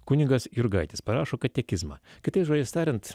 kunigas jurgaitis parašo katekizmą kitais žodžiais tariant